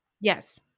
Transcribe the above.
Yes